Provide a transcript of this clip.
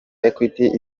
equity